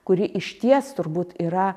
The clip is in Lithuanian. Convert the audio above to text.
kuri išties turbūt yra